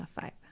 Five